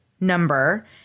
number